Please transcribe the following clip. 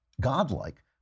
godlike